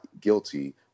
guilty